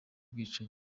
bwicanyi